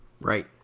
Right